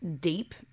deep